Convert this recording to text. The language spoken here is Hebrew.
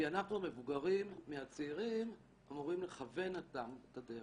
כי אנחנו מבוגרים מהצעירים אמורים לכוון אותם את הדרך.